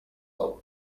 aho